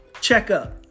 Checkup